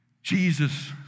Jesus